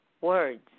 words